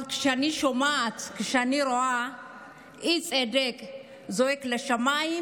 אבל כשאני שומעת וכשאני רואה אי-צדק זועק לשמיים,